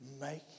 make